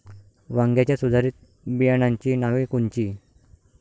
वांग्याच्या सुधारित बियाणांची नावे कोनची?